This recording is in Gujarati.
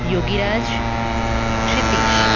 યોગીરાજ ક્ષિતીશ